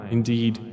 Indeed